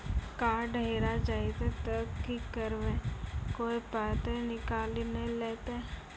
Card हेरा जइतै तऽ की करवै, कोय पाय तऽ निकालि नै लेतै?